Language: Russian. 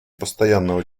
постоянного